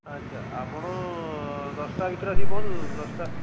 ଆଚ୍ଛା ଆପଣ ଦଶଟା ଭିତରେ ଆସିକି ପହଞ୍ଚନ୍ତୁ ଦଶଟା